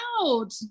out